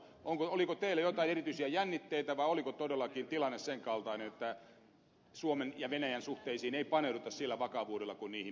oliko teillä jotain erityisiä jännitteitä vai oliko todellakin tilanne sen kaltainen että suomen ja venäjän suhteisiin ei paneuduta sillä vakavuudella kuin niihin pitäisi